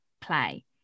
play